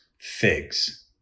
figs